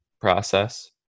process